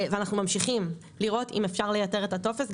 ואנחנו ממשיכים לראות אם אפשר לייתר את הטופס.